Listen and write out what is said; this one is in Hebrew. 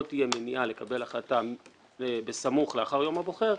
תהיה מניעה לקבל החלטה בסמוך לאחר יום הבוחר,